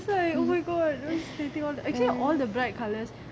so oh my god is sleeping on the exam all the bright colours